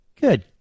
Good